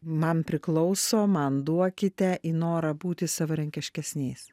man priklauso man duokite į norą būti savarankiškesniais